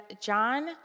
John